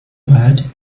bad